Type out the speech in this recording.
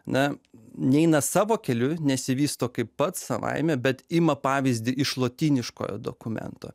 na neina savo keliu nesivysto kaip pats savaime bet ima pavyzdį iš lotyniškojo dokumento